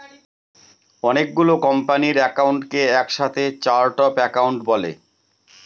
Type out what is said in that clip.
অনেকগুলো কোম্পানির একাউন্টকে এক সাথে চার্ট অফ একাউন্ট বলে